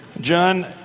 John